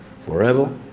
forever